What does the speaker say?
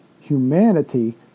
humanity